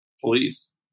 police